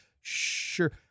Sure